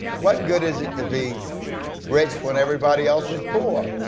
what good is it to be rich when everybody else is poor?